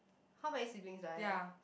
how many siblings do I have